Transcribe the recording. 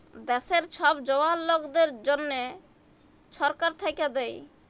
দ্যাশের ছব জয়াল লকদের জ্যনহে ছরকার থ্যাইকে দ্যায়